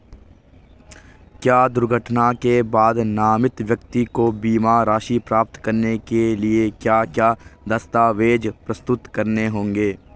क्या दुर्घटना के बाद नामित व्यक्ति को बीमा राशि प्राप्त करने के लिए क्या क्या दस्तावेज़ प्रस्तुत करने होंगे?